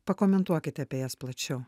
pakomentuokite apie jas plačiau